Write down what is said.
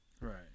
Right